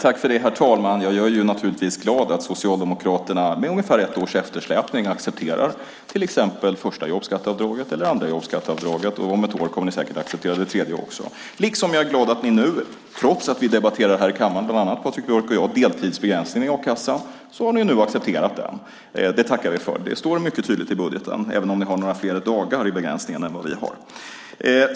Herr talman! Jag är naturligtvis glad att Socialdemokraterna med ungefär ett års eftersläpning accepterar till exempel första jobbskatteavdraget eller andra jobbskatteavdraget. Om ett år kommer ni säkert att acceptera det tredje också - liksom jag är glad att ni nu, trots att bland annat Patrik Björck och jag har debatterat frågan, accepterar deltidsbegränsningen i a-kassan. Det tackar vi för. Det står tydligt i budgeten - även om ni har några fler dagar i begränsningen än vad vi har.